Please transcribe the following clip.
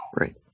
Right